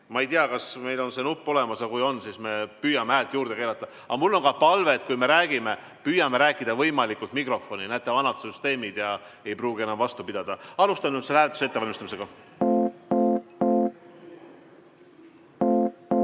Ma ei tea, kas meil on see nupp olemas, aga kui on, siis me püüame häält juurde keerata. Aga mul on ka palve, et kui me räägime, siis palun püüame rääkida võimalikult mikrofoni. Näete, vanad süsteemid ei pruugi enam vastu pidada. Alustan nüüd selle hääletuse ettevalmistamist.